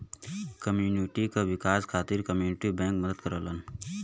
community क विकास खातिर कम्युनिटी बैंक मदद करलन